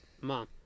mom